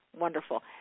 wonderful